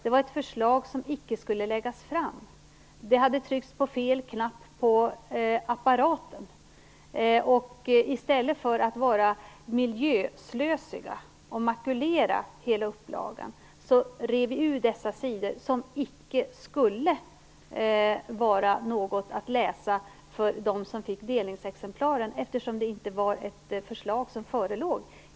Det var ett förslag som icke skulle läggas fram. Det hade tryckts på fel knapp på apparaten. För att inte vara slösaktiga med miljön och makulera hela upplagan, rev vi ur dessa sidor som icke skulle vara något att läsa för dem som fick delningsexemplaren, eftersom det inte var ett förslag som förelåg.